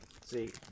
See